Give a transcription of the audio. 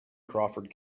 crawford